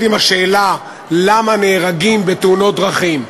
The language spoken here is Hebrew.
עם השאלה למה נהרגים בתאונות דרכים,